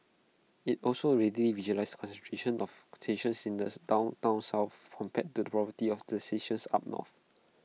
IT also readily visualises the concentration of stations in the downtown south compared to the poverty of the stations up north